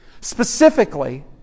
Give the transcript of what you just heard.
specifically